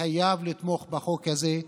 חייב לתמוך בחוק הזה,